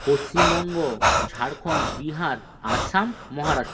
Paschimbanga Jharkhand Bihar Assam Maharashtra